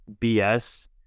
BS